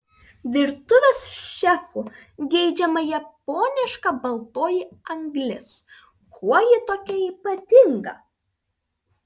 virtuvės šefų geidžiama japoniška baltoji anglis kuo ji tokia ypatinga